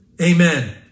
Amen